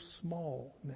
small